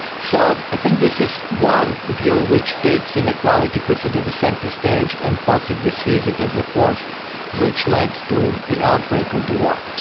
so i think this is one view ah which takes inequality, puts it at the centre stage and possibly sees it as a force which led to the outbreak of the war.